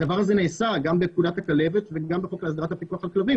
הדבר הזה נעשה גם בפקודת הכלבת וגם בחוק להסדרת הפיקוח על כלבים